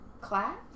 class